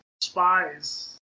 spies